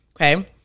Okay